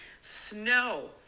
snow